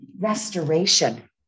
Restoration